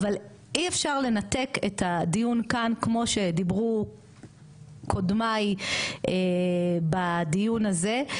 אבל אי אפשר לנתק את הדיון כאן כמו שדיברו קודמיי בדיון הזה,